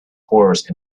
horse